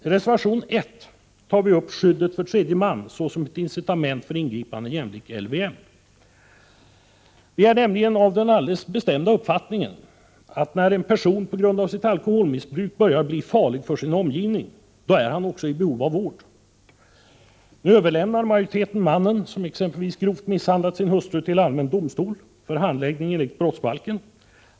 I reservation 1 tar vi upp skyddet för tredje man såsom ett incitament för ingripande jämlikt lagen om vård av missbrukare i vissa fall, LVM. Vi är nämligen av den alldeles bestämda uppfattningen, att när en person på grund av sitt alkoholmissbruk börjar bli farlig för sin omgivning är han också i behov av vård. Nu vill majoriteten överlämna den man som exempelvis grovt misshandlar sin hustru till allmän domstol för handläggning av fallet enligt brottsbalken.